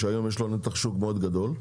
שהיום יש לו נתח שוק מאוד גדול,